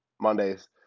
Mondays